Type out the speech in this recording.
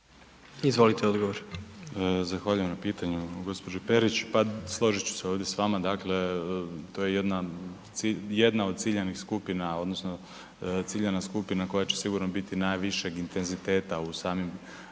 Josip (HDZ)** Zahvaljujem na pitanju gospođo Perić, pa složit ću se ovdje s vama. Dakle, to je jedna od ciljanih skupina odnosno ciljana skupina koja će sigurno biti najvišeg intenziteta u samim,